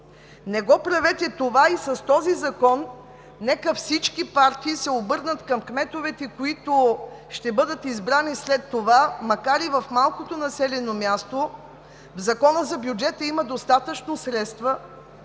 Не го правете това и с този закон – нека всички партии се обърнат към кметовете, които ще бъдат избрани след това, макар и в малкото населено място. В Закона за бюджета има достатъчно средства,